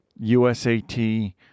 USAT